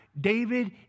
David